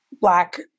black